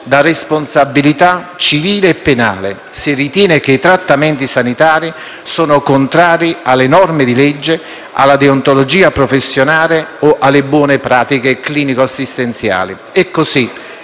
da responsabilità civile e penale, se ritiene che i trattamenti sanitari sono contrari alle norme di legge, alla deontologia professionale o alle buone pratiche clinico-assistenziali. Così,